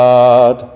God